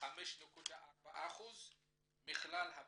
5.4% מכלל הפטירות,